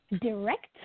direct